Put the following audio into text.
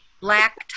black